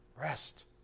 Rest